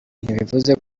ntibivuze